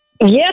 Yes